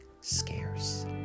scarce